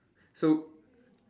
so